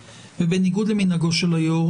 בניגוד למנהגו של היושב ראש,